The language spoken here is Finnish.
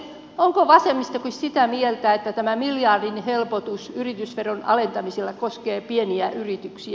onko vasemmistokin sitä mieltä että tämä miljardin helpotus yritysveron alentamisella koskee pieniä yrityksiä